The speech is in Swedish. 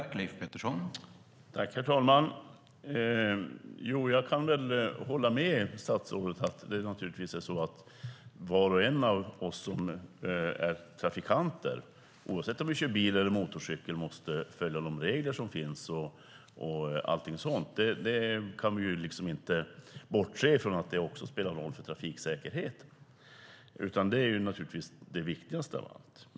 Herr talman! Jag kan hålla med statsrådet om att var och en av oss som är trafikanter - oavsett om vi kör bil eller motorcykel - naturligtvis måste följa de regler som finns och allt sådant. Vi kan inte bortse från att det spelar roll för trafiksäkerheten. Det är naturligtvis det viktigaste av allt.